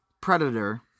Predator